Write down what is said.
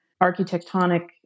architectonic